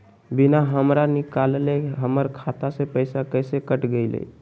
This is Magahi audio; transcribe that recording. बिना हमरा निकालले, हमर खाता से पैसा कैसे कट गेलई?